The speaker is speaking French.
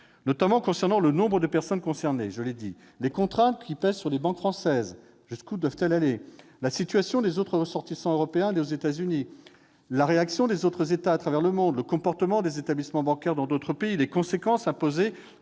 notamment quant au nombre de personnes concernées- je l'ai dit-, aux contraintes qui pèsent sur les banques françaises- jusqu'où doivent-elles aller ?-, à la situation des autres ressortissants européens nés aux États-Unis, à la réaction des autres États à travers le monde, au comportement des établissements bancaires dans d'autres pays, aux conséquences imposées